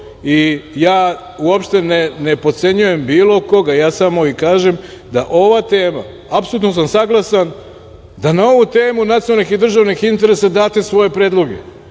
i ja uopšte nepodcenjujem bilo koga ja samo i kažem da ova tema apsolutno sam saglasan da na ovu temu nacionalni i državnih interesa date svoje predloge